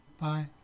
Bye